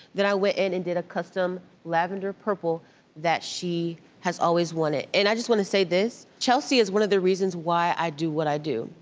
i went in and did a custom lavender purple that she has always wanted. and i just want to say this, chelsea is one of the reasons why i do what i do.